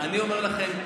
אני אומר לכם,